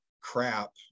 crap